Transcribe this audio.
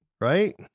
right